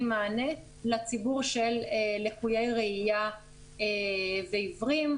מענה לציבור של לקויי ראיה ועיוורים,